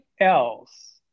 else